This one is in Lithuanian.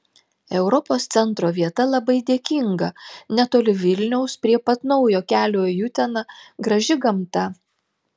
europos centro vieta labai dėkinga netoli vilniaus prie pat naujo kelio į uteną graži gamta